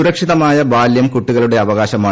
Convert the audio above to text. സുരക്ഷിതമായ ബാല്യം കുട്ടികളുടെ അവകാശമാണ്